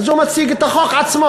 הוא מציג את החוק עצמו,